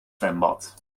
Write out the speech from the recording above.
zwembad